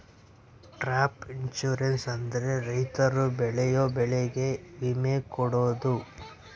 crop insurance ಅಂದ್ರೆ ರೈತರು ಬೆಳೆಯೋ ಬೆಳೆಗೆ ವಿಮೆ ಕೊಡೋದು